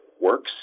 works